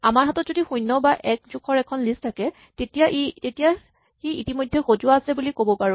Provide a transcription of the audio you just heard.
আমাৰ হাতত যদি শূণ্য বা এক জোখৰ এখন লিষ্ট থাকে তেতিয়া সি ইতিমধ্যেই সজোৱা আছে বুলি ক'ব পাৰো